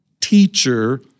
teacher